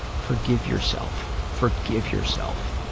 forgive yourself. forgive yourself.